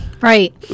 Right